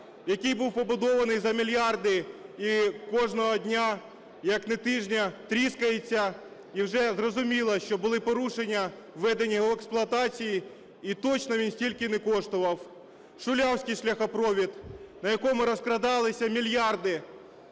який був побудований за мільярди, і кожного дня, як не тижня, тріскається, і вже зрозуміло, що були порушення при введені в експлуатацію, і точно він стільки не коштував; Шулявський шляхопровід на якому розкрадалися мільярди